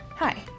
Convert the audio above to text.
Hi